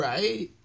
Right